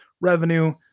revenue